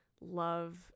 love